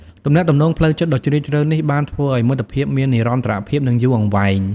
ទំនាក់ទំនងផ្លូវចិត្តដ៏ជ្រាលជ្រៅនេះបានធ្វើឱ្យមិត្តភាពមាននិរន្តរភាពនិងយូរអង្វែង។